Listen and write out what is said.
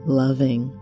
loving